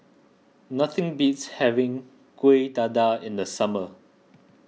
nothing beats having Kuih Dadar in the summer